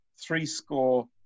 threescore